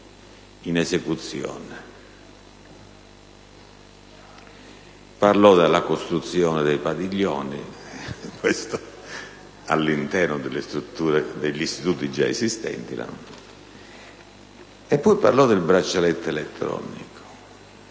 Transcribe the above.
in esecuzione; parlò della costruzione dei padiglioni all'interno degli istituti già esistenti; e poi parlò del braccialetto elettronico.